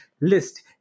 list